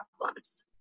problems